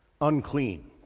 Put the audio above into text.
unclean